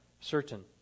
certain